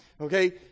Okay